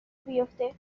بیفته